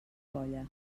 colla